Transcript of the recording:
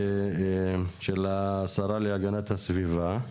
של השרה להגנת הסביבה.